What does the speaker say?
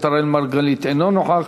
הכנסת מירי רגב, אינה נוכחת.